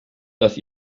dass